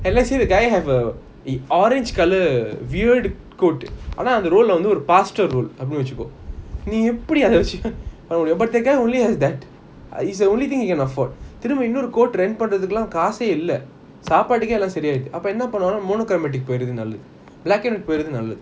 and let's say the guy have a eh orange colour weird coat ஆனா அந்த வந்து:aana antha vanthu pastor role அப்பிடின்னு வெச்சிக்கோ நீ அத வெச்சி எப்பிடி பண்ண முடியும்:apidinu vechiko nee atha vechi epidi panna mudiyum but the guy only has that ah it's the only thing he can afford then இன்னோரு:inoru coat rent பண்றதுக்குளம் காசெய் இல்ல சப்படுகிய எல்லாமே பெரிய போயிடுது அப்போ என்ன பன்னுவது:panrathukulam kaasey illa sapadukey ellamey seriya poiduthu apo enna panuvana black and white போய்டுறது நல்லது:poidurathu nallathu